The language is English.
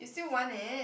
still want it